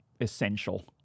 essential